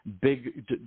big